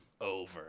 over